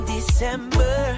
December